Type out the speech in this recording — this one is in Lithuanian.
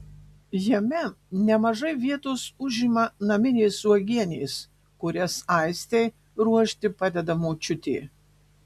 jame nemažai vietos užima naminės uogienės kurias aistei ruošti padeda močiutė